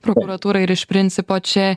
prokuratūra ir iš principo čia